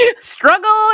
Struggle